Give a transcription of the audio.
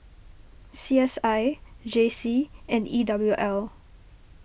C S I J C and E W L